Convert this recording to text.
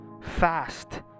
fast